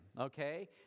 okay